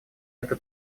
эта